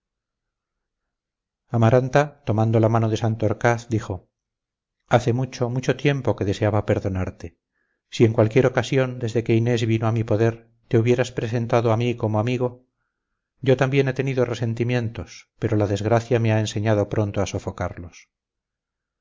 amaranta tomando la mano de santorcaz dijo hace mucho mucho tiempo que deseaba perdonarte si en cualquiera ocasión desde que inés vino a mi poder te hubieras presentado a mí como amigo yo también he tenido resentimientos pero la desgracia me ha enseñado pronto a sofocarlos